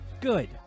Good